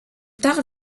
tard